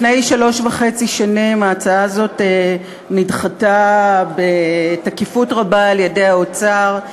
לפני שלוש שנים וחצי ההצעה הזאת נדחתה בתקיפות רבה על-ידי האוצר,